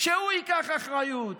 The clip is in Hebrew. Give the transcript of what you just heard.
שהוא ייקח אחריות.